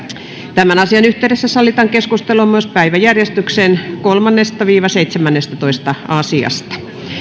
tämän asian yhteydessä sallitaan keskustelu myös päiväjärjestyksen kolme seitsemännestätoista asiasta